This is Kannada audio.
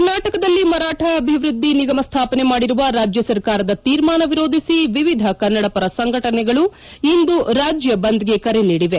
ಕರ್ನಾಟಕದಲ್ಲಿ ಮರಾಠ ಅಭಿವೃದ್ದಿ ನಿಗಮ ಸ್ವಾಪನೆ ಮಾಡಿರುವ ರಾಜ್ಯ ಸರ್ಕಾರದ ತೀರ್ಮಾನ ವಿರೋಧಿಸಿ ವಿವಿಧ ಕನ್ನಡಪರ ಸಂಘಟನೆಗಳು ಇಂದು ರಾಜ್ಯ ಬಂದ್ಗೆ ಕರೆ ನೀಡಿವೆ